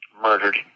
murdered